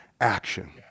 action